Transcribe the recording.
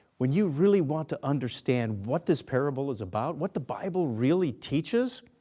when you really want to understand what this parable is about, what the bible really teaches,